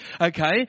okay